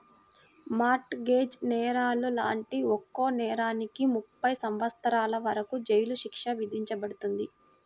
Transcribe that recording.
mart gauge నేరాలు లాంటి ఒక్కో నేరానికి ముప్పై సంవత్సరాల వరకు జైలు శిక్ష విధించబడుతుంది